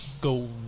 go